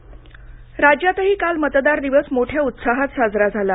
मतदान दिवस राज्यातही काल मतदार दिवस मोठ्या उत्साहात साजरा झाला